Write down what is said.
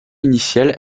initiales